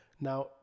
Now